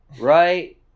Right